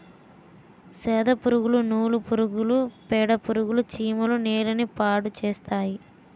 సెదపురుగులు నూలు పురుగులు పేడపురుగులు చీమలు నేలని పాడుచేస్తాయి